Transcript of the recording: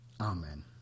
Amen